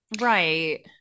right